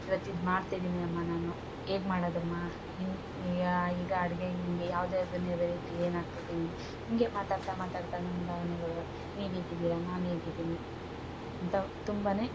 ಇವತ್ತಿದು ಮಾಡ್ತಿದೀನಿ ಅಮ್ಮ ನಾನು ಹೇಗ್ ಮಾಡೊದಮ್ಮ ಇನ್ ಈ ಯಾ ಈಗ ಅಡುಗೆ ಹಿಂಗೆ ಯಾವ್ದು ಯಾವುದನ್ನೆ ವೆರೈಟಿ ಏನಾಕ್ಬೇಕು ಹೆಂಗೆ ಹಿಂಗೆ ಮಾತಾಡ್ತ ಮಾತಾಡ್ತ ನನ್ನ ಭಾವನೆಗಳು ನಿವೇಗಿದೀರ ನಾನೆಗಿದೀನಿ ಅಂತ ತುಂಬ